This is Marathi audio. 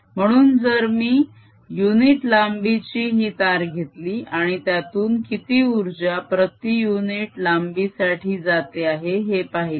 म्हणून जर मी युनिट लांबी ची ही तार घेतली आणि त्यातून किती उर्जा प्रती युनिट लांबी साठी जाते आहे हे पहिले